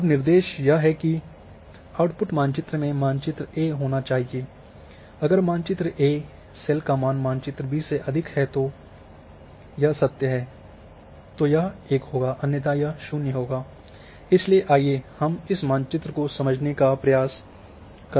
अब निर्देश है यह है कि आउटपुट मानचित्र में मानचित्र ए होना चाहिए अगर मानचित्र ए सेल का मान मानचित्र बी से अधिक है तो यदि यह सत्य है तो यह 1 होगा अन्यथा यह 0 होगा इसलिए आइए हम इस मानचित्र की समझने का प्रयास करते हैं